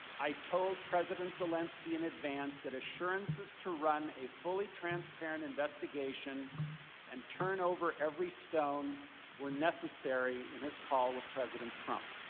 i told president volodymyr zelensky in advance that assurances to run a fully transparent investigation and turn over every stone where necessary in his call with president trump.